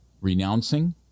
renouncing